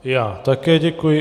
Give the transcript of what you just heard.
Já také děkuji.